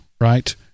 right